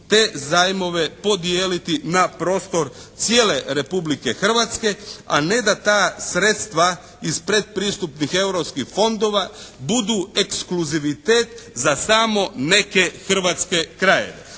te zajmove podijeliti na prostor cijele Republike Hrvatske, a ne da ta sredstva iz predpristupnih europskih fondova budu ekskluzivitet za samo neke hrvatske krajeve.